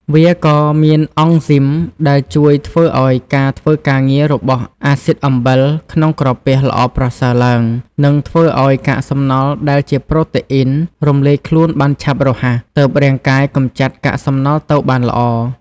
វាក៏មានអង់ស៊ីម ដែលជួយធ្វើឱ្យការធ្វើការងាររបស់អាស៊ីដអំបិល ក្នុងក្រពះ ល្អប្រសើរឡើង និងធ្វើឱ្យកាកសំណល់ដែលជាប្រូតេអុីនរំលាយខ្លួនបានឆាប់រហ័ស ទើបរាងកាយកម្ចាត់កាកសំណល់ទៅបានល្អ។